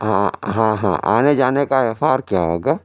ہاں ہاں ہاں آنے جانے کا ایف آر کیا ہوگا